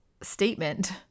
statement